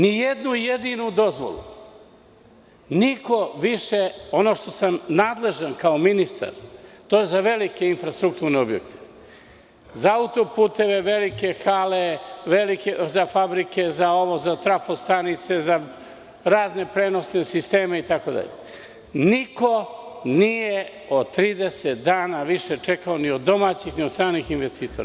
Nijednu jedinu dozvolu niko više, za ono za šta sam nadležan kao ministar, za velike infrastrukturne objekte, za auto-puteve, velike hale, fabrike, za trafo stanice, za razne prenosne sisteme itd, niko nije od 30 dana više čekao, ni od domaćih ni od stranih investitora.